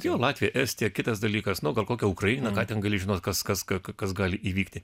jo latvija estija kitas dalykas nu gal kokia ukraina ką ten gali žinot kas kas ką kas gali įvykti